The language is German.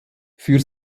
für